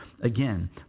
again